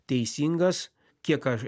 teisingas kiek aš